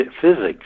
physics